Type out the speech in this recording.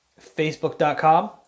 facebook.com